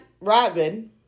Robin